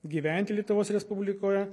gyventi lietuvos respublikoje